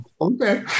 Okay